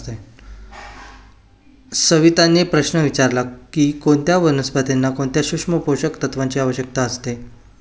सविताने प्रश्न विचारला की कोणत्या वनस्पतीला कोणत्या सूक्ष्म पोषक तत्वांची आवश्यकता असते?